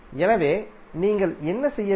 எனவே நீங்கள் என்ன செய்ய வேண்டும்